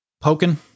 poking